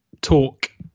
talk